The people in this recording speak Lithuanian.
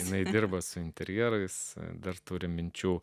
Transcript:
jinai dirba su interjerais dar turi minčių